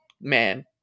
man